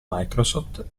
microsoft